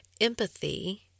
Empathy